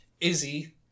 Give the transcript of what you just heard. Izzy